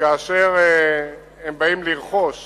שכאשר הם יבואו לרכוש